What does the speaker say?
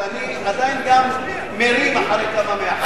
אבל אני עדיין גם מרים אחרי כמה מחברי הכנסת.